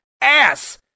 ass